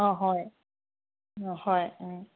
অ হয় হয়